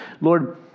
Lord